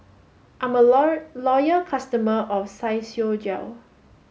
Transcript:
I'm a loyal customer of Physiogel